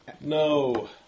No